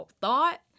thought